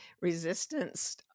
resistance